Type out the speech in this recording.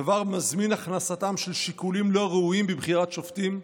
הדבר מזמין הכנסתם של שיקולים לא ראויים בבחירת שופטים,